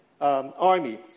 army